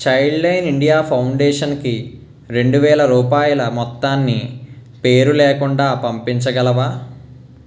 Childline India ఫౌండేషన్కి రెండు వేల రూపాయల మొత్తాన్ని పేరు లేకుండా పంపించగలవా